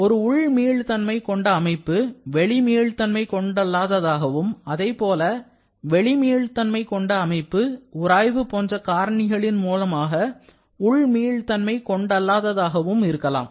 ஒரு உள் மீள்தன்மை கொண்ட அமைப்பு வெளி மீன் தன்மை கொண்டல்லாததாகவும் அதைப்போல வெளி மீள்தன்மை கொண்ட அமைப்பு உராய்வு போன்ற காரணிகளின் மூலமாக உள் மீள்தன்மை கொண்டல்லாததாகவும் இருக்கலாம்